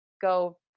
go